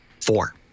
Four